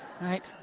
right